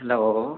hello